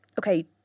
okay